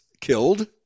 killed